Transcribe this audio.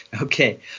Okay